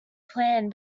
plan